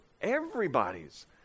everybody's